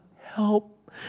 Help